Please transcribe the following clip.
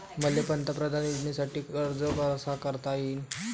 मले पंतप्रधान योजनेसाठी अर्ज कसा कसा करता येईन?